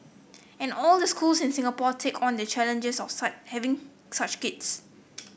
and all the schools in Singapore take on the challenges of having such kids